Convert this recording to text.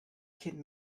kid